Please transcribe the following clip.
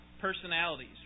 personalities